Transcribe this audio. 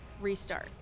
restart